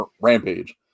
Rampage